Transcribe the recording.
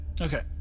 Okay